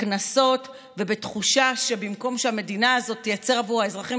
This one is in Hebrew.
בקנסות ובתחושה שבמקום שהמדינה הזאת תייצר עבור האזרחים